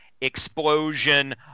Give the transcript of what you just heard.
explosion